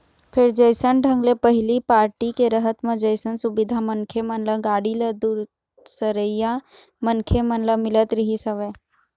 फेर जइसन ढंग ले पहिली पारटी के रहत म जइसन सुबिधा मनखे मन ल, गाड़ी ल, दूसरइया मनखे मन ल मिलत रिहिस हवय